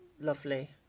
lovely